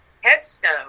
headstone